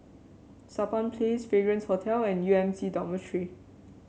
Sampan Place Fragrance Hotel and U M C Dormitory